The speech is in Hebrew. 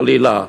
חלילה,